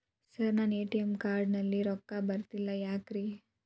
Sir ನನಗೆ ATM card ನಲ್ಲಿ ರೊಕ್ಕ ಬರತಿಲ್ಲ ಯಾಕ್ರೇ?